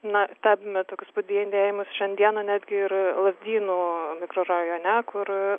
na stebime tokius padidėjimus šiandieną netgi ir lazdynų mikrorajone kur